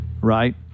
Right